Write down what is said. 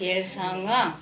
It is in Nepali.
केरसँग